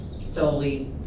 solely